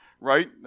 right